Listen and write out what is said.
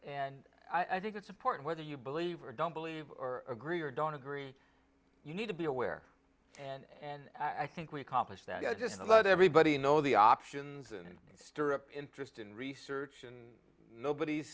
and i think it's important whether you believe or don't believe or agree or don't agree you need to be aware and i think we accomplished that just about everybody you know the options and stir up interest in research and nobody's